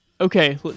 okay